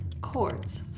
chords